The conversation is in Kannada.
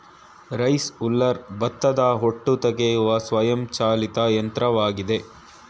ರೈಸ್ ಉಲ್ಲರ್ ಭತ್ತದ ಹೊಟ್ಟು ತೆಗೆಯುವ ಸ್ವಯಂ ಚಾಲಿತ ಯಂತ್ರವಾಗಿದೆ